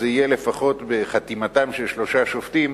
זה יהיה לפחות בחתימתם של שלושה שופטים